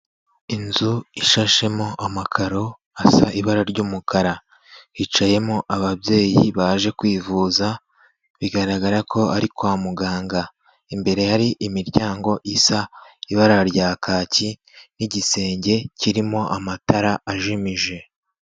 Inzu ishashemo amakaro hasa ibara ry'umukara, hicayemo ababyeyi baje kwivuza, bigaragara ko ari kwa muganga, imbere hari imiryango isa ibara rya kaki nk'igisenge kirimo amatara ajimije.